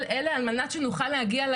אני יודע שיש כאלה רבים שרוצים לדבר,